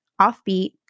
offbeat